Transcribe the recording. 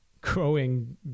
growing